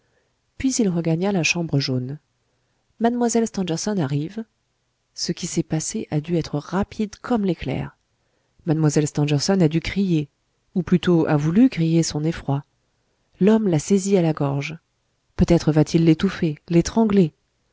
puis il regagna la chambre jaune mlle stangerson arrive ce qui s'est passé a dû être rapide comme l'éclair mlle stangerson a dû crier ou plutôt a voulu crier son effroi l'homme l'a saisie à la gorge peut-être va-t-il l'étouffer l'étrangler